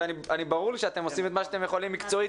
וברור שאתם עושים את מה שאתם יכולים מקצועית